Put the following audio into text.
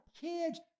kids